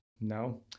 no